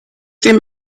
dem